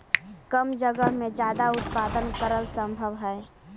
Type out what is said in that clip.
कम जगह में ज्यादा उत्पादन करल सम्भव हई